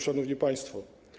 Szanowni Państwo!